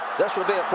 this will be